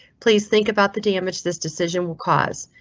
please think about the damage this decision will cause.